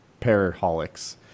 paraholics